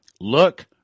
look